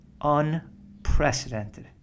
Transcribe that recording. unprecedented